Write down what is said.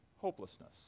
Hopelessness